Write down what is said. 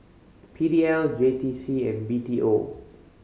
P D L J T C and B T O